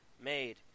made